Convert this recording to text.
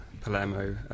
Palermo